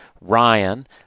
Ryan